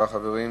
אחר כך, אם החוק